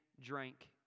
drank